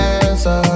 answer